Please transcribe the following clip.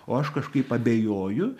o aš kažkaip abejoju